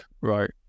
right